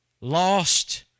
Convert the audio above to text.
lost